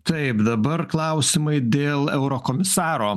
taip dabar klausimai dėl eurokomisaro